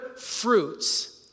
fruits